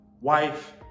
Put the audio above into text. wife